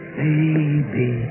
baby